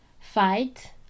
fight